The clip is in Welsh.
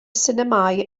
sinemâu